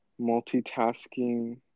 multitasking